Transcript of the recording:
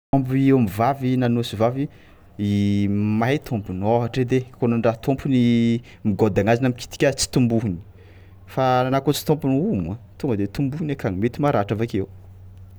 Omby ombivavy na ny osivavy i mahay tômpony ôhatra edy e kôa nandraha tômpony migôdy anazy na mikitika azy tsy tombohony fa anao kôa tsy tômpony, oa tonga de tombohony akagny mety maratra avy akeo.